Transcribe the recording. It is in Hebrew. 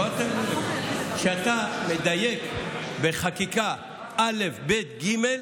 כשאתה מדייק בחקיקה, א', ב', ג'